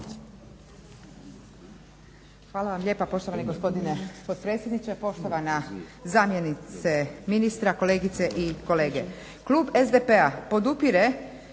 Hvala vam lijepa poštovani gospodine potpredsjedniče, poštovana zamjenice ministra, kolegice i kolege. Klub SDP-a podupire